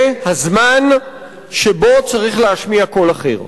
זה הזמן שבו צריך להשמיע קול אחר.